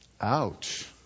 Ouch